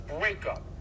breakup